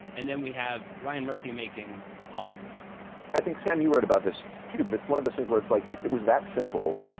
and then we have ryan murphy making hollywood i think, sam, you wrote about this, too, but it's one of those things where it's like if it was that simple.